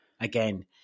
again